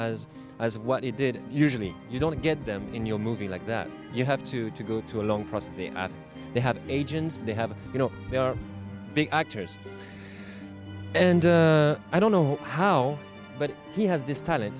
easy as what he did usually you don't get them in your movie like that you have to to go to a long process they have agents they have you know they are big actors and i don't know how but he has this t